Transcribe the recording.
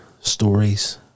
stories